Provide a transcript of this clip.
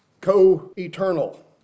co-eternal